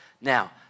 now